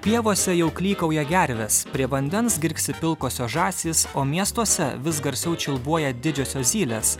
pievose jau klykauja gervės prie vandens girgsi pilkosios žąsys o miestuose vis garsiau čiulbuoja didžiosios zylės